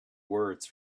words